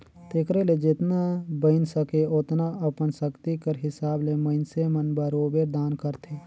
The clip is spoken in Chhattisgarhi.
तेकरे ले जेतना बइन सके ओतना अपन सक्ति कर हिसाब ले मइनसे मन बरोबेर दान करथे